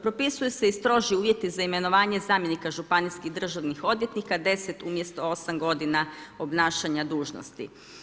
Propisuju se i struži uvjeti za imenovanje zamjenika županijskih državnih odvjetnika 10 umjesto 8 godina obnašanja dužnosti.